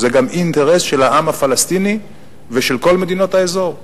זה גם אינטרס של העם הפלסטיני ושל כל מדינות האזור.